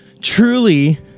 Truly